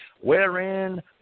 wherein